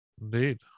Indeed